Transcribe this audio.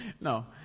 No